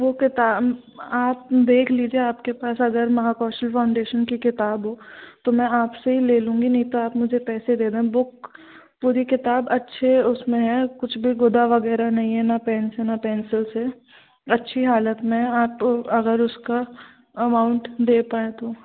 वो कितना आप देख लीजिए आपके पास अगर महाकौशल फ़ाउंडेशन की किताब हो तो मैं आपसे ही ले लूँगी नहीं तो आप मुझे पैसे दे दें बुक पूरी किताब अच्छे उसमें है कुछ भी गोदा वगैरह नहीं है ना पेन से ना पेंसिल से अच्छी हालत में है आप अगर उसका अमाउंट दे पाऍं तो